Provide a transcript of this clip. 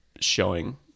showing